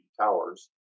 towers